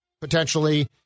potentially